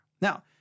Now